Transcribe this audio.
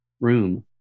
room